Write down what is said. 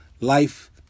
life